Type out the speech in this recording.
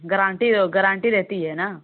guarantee guarantee रहती है ना